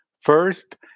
First